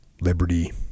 liberty